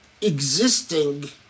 existing